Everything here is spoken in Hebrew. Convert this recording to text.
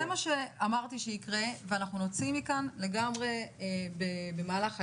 זה מה שאמרתי שיקרה ואנחנו נוציא כאן במהלך היום,